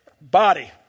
body